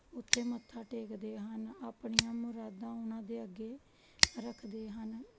ਉੱਥੇ ਮੱਥਾ ਟੇਕਦੇ ਹਨ ਆਪਣੀਆਂ ਮੁਰਾਦਾਂ ਉਹਨਾਂ ਦੇ ਅੱਗੇ ਰੱਖਦੇ ਹਨ